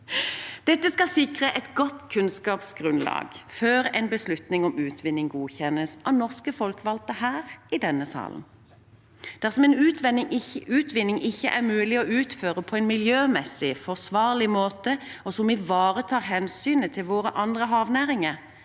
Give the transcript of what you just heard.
Dette skal sikre et godt kunnskapsgrunnlag før en beslutning om utvinning godkjennes av norske folkevalgte her i denne sal. Dersom en utvinning ikke er mulig å utføre på en miljømessig forsvarlig måte som også ivaretar hensynet til våre andre havnæringer,